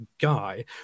guy